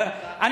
הרב גפני, אתה